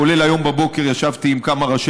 וגם היום בבוקר ישבתי עם כמה ראשי